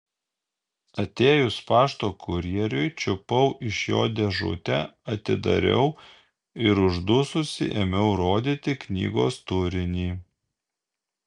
atėjus pašto kurjeriui čiupau iš jo dėžutę atidariau ir uždususi ėmiau rodyti knygos turinį